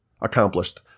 accomplished